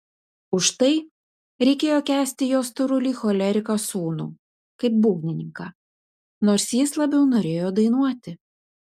už tai reikėjo kęsti jo storulį choleriką sūnų kaip būgnininką nors jis labiau norėjo dainuoti